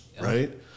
Right